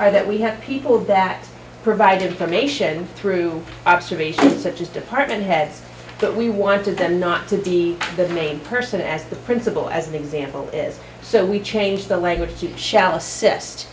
are that we have people that provide information through observation such as department heads that we wanted them not to be the main person as the principal as an example is so we change the language so you shall assist